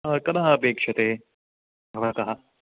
कदा अपेक्षते भवतः